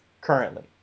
currently